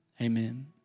amen